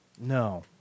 No